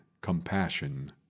compassion